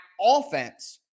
offense